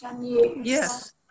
Yes